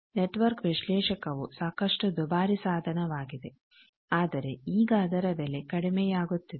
network ವಿಶ್ಲೇಷಕವು ಸಾಕಷ್ಟು ದುಬಾರಿ ಸಾಧನ ವಾಗಿದೆ ಆದರೆ ಈಗ ಅದರ ಬೆಲೆ ಕಡಿಮೆಯಾಗುತ್ತಿದೆ